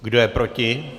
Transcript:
Kdo je proti?